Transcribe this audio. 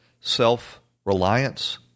self-reliance